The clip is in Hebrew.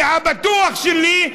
והבטוח שלי,